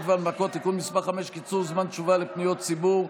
והנמקות) (תיקון מס' 5) (קיצור זמן התשובה לפניות ציבור),